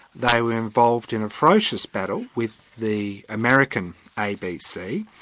they were involved in a ferocious battle with the american abc,